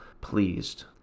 pleased